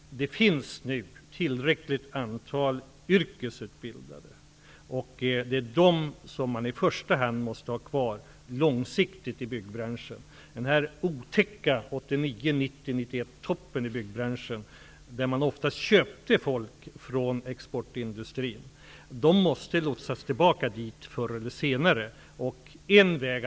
Det finns nu tillräckligt många yrkesutbildade, och det är i första hand dem som man långsiktigt måste ha kvar i byggbranschen. Under den otäcka toppen i byggbranschen 1989, 1990 och 1991 köpte man ofta människor från exportindustrin. Dessa människor måste förr eller senare lotsas tillbaka dit.